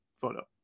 photo